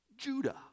Judah